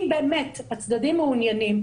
אם באמת הצדדים מעוניינים,